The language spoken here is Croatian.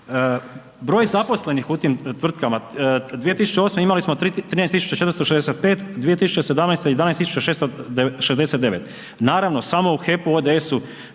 broj zaposlenih u tim tvrtkama 2008. imali smo 13 465, 2017. 11.669, naravno samo u HEP-u ODS-u